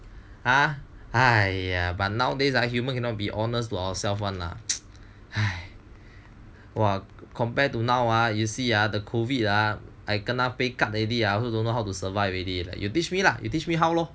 !huh! !aiya! but nowadays human cannot be honest to ourself [one] lah !wah! compared to now ah you see ah the COVID ah I kena pay cut already I also don't know how to survive already lah you teach me lah you teach me how lor